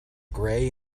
grey